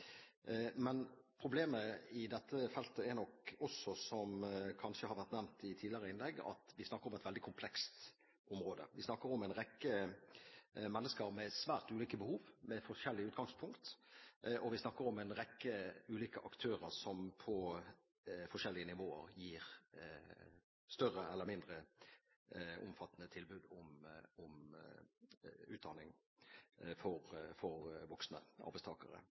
Men problemet på dette feltet er nok også – som kanskje har vært nevnt i tidligere innlegg – at vi snakker om et veldig komplekst område. Vi snakker om en rekke mennesker med svært ulike behov, med forskjellig utgangspunkt, og vi snakker om en rekke ulike aktører som på forskjellige nivåer gir mer eller mindre omfattende tilbud om utdanning for voksne arbeidstakere.